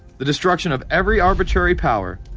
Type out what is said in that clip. the destruction of every arbitrary power.